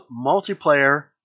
multiplayer